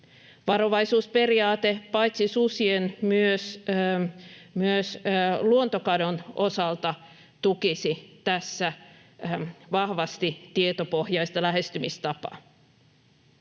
Varovaisuusperiaate paitsi susien myös luontokadon osalta tukisi tässä vahvasti tietopohjaista lähestymistapaa.